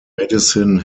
medicine